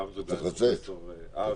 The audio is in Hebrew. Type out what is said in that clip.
גמזו, גם עם אש וכל הצוות, כדי לקדם.